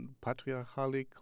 patriarchal